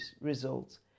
results